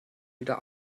wieder